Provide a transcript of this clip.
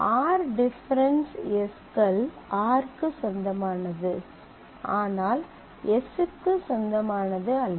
r difference s கள் rக்கு சொந்தமானது ஆனால் sக்கு சொந்தமானது அல்ல